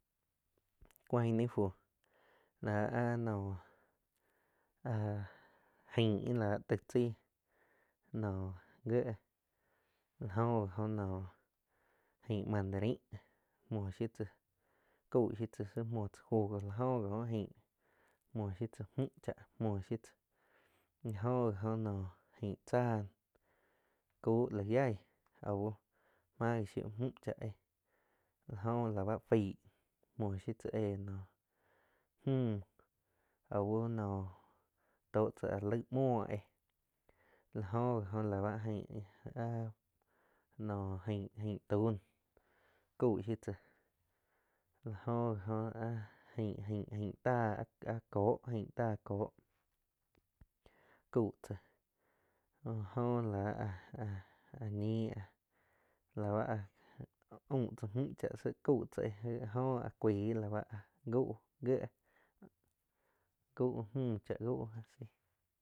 Cuaig ni fu lá áh nou áh ain la taig tzai noh gié la oh ji óh noh ain mandarain muoh shiu tzá cau shiu tzá tsi muoh tza jugo la oh gí oh aing muoh shiu tzá mjú muohshiu tzá mu cháh muohh shiu tzá la jo gi oh naum aing tzáh kau la yaig aug máig shiu ju cha éh la jo gi la báh faig muoh shiu tzá éh noh mju au noh to chá áh laig mhuo éh la go gi oh la báh aing no ain ain tuah noh cau shiu tzáh la go gi oh áh aing-aing táh áh koh aing táh cau tzá jo oh la áh-áh ñi la bá áh aum tzá mu chá shi cau tza éh áh jo a cuaig la báh cuau gieh gau mü chá gau asi.